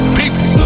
people